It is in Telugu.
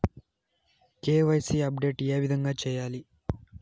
కె.వై.సి అప్డేట్ ఏ విధంగా సేయాలి?